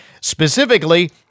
Specifically